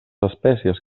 espècies